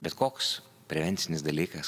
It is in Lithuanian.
bet koks prevencinis dalykas